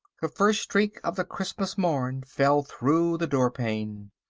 the first streak of the christmas morn fell through the door-pane.